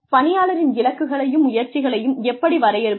பணியாளரின் இலக்குகளையும் முயற்சிகளையும் எப்படி வரையறுப்பீர்கள்